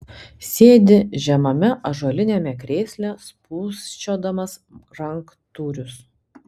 sėdi žemame ąžuoliniame krėsle spūsčiodamas ranktūrius